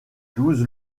douze